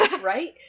right